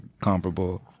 comparable